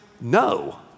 No